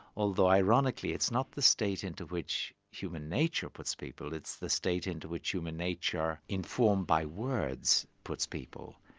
although ironically it's not the state into which human nature puts people, it's the state into which human nature informed by words, puts people.